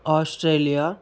Australia